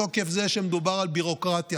מתוקף זה שמדובר על ביורוקרטיה,